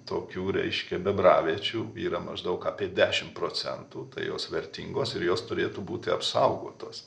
tokių reiškia bebraviečių yra maždaug apie dešim procentų tai jos vertingos ir jos turėtų būti apsaugotos